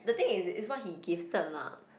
the thing is is what he gifted lah